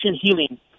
healing